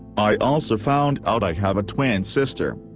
i also found out i have a twin sister.